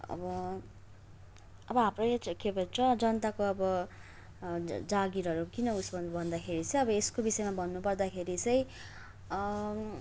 अब अब हाम्रो चाहिँ यो के भन्छ जनताको अब जागिरहरू किन उस छ भन्दाखेरि चाहिँ अब यसको विषयमा भन्नुपर्दाखेरि चाहिँ